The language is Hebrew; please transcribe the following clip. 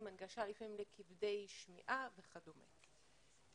עם לפעמים הנגשה לכבדי שמיעה וכדומה.